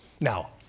Now